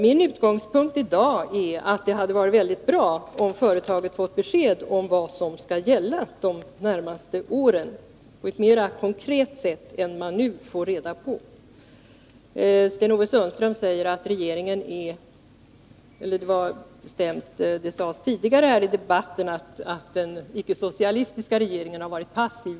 Min utgångspunkt i dag är att det hade varit bra om företaget hade fått besked om vad som skall gälla under de närmaste åren. Det sades tidigare i debatten att den icke-socialistiska regeringen har varit passiv.